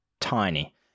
tiny